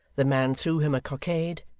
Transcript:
the man threw him a cockade,